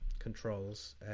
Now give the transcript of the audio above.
controls